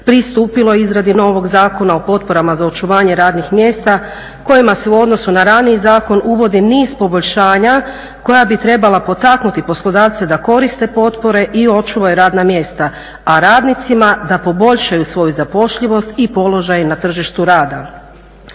pristupilo izradi novog Zakona o potporama za očuvanje radnih mjesta, kojima se u odnosu na raniji zakon uvodi niz poboljšanja koja bi trebala potaknuti poslodavce da koriste potpore i očuvaju radna mjesta, a radnicima da poboljšaju svoju zapošljivost i položaj na tržištu rada.